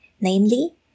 namely